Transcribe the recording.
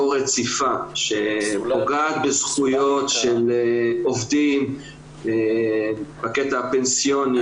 רציפה שפוגעת בזכויות של עובדים בקטע הפנסיוני,